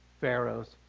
Pharaoh's